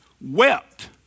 wept